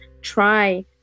try